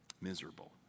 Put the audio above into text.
miserable